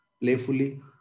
playfully